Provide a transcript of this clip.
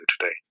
today